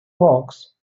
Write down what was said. hawks